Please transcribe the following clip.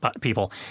people